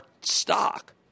stock